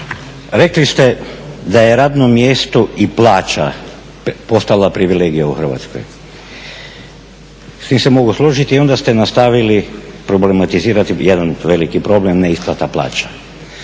rekli ste da je radno mjesto i plaća postala privilegija u Hrvatskoj. S tim se mogu složiti. I onda ste nastavili problematizirati jedan veliki problem, neisplata plaća.